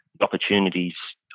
opportunities